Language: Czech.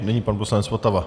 Nyní pan poslanec Votava.